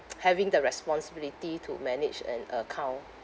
having the responsibility to manage an account